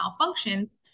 malfunctions